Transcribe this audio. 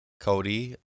Cody